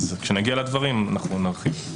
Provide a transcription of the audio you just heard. כשנגיע לדברים, אנחנו נרחיב.